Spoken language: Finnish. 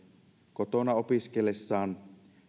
kotona opiskellessaan